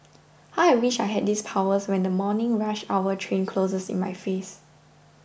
how I wish I had these powers when the morning rush hour train closes in my face